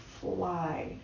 fly